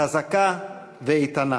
חזקה ואיתנה.